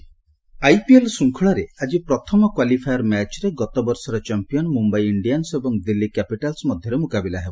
IPL IPL ଶୃଙ୍ଖଳରେ ଆଜି ପ୍ରଥମ କ୍ୱାଲିଫାୟର୍ ମ୍ୟାଚ୍ରେ ଗତବର୍ଷର ଚାମ୍ପିୟନ୍ ମୁମ୍ବାଇ ଇଣ୍ଡିଆନ୍ସ ଏବଂ ଦିଲ୍ଲୀ କ୍ୟାପିଟାଲ୍ସ୍ ମଧ୍ୟରେ ମୁକାବିଲା ହେବ